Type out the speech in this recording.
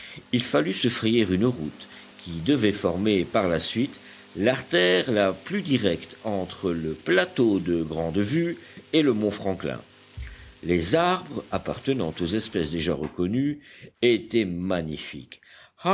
il fallut se frayer une route qui devait former par la suite l'artère la plus directe entre le plateau de grande vue et le mont franklin les arbres appartenant aux espèces déjà reconnues étaient magnifiques